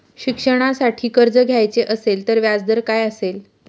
शिक्षणासाठी कर्ज घ्यायचे असेल तर व्याजदर काय असेल?